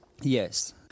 Yes